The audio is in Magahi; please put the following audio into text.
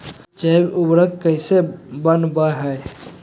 जैव उर्वरक कैसे वनवय हैय?